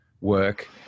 work